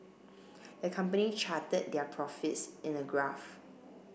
the company charted their profits in a graph